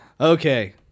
Okay